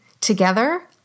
Together